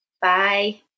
Bye